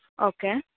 okay